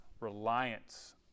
reliance